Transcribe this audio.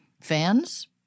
fans